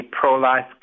pro-life